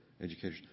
education